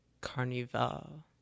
carnival